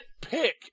pick